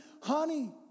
honey